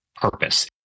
purpose